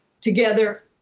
together